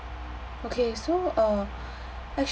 okay so uh actually